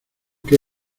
que